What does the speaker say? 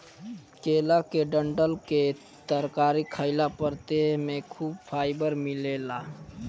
केला के डंठल के तरकारी खइला पर देह में खूब फाइबर मिलेला